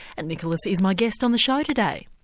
nicolas is my guest on the show today.